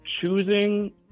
choosing